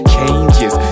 Changes